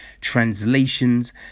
translations